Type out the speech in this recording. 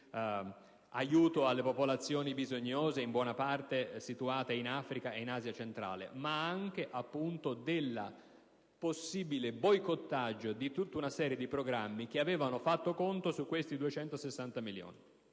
di aiuto alle popolazioni bisognose, in buona parte situate in Africa e in Asia centrale, ma anche del possibile boicottaggio di tutta una serie di programmi che avevano fatto conto su questi 260 milioni.